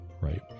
right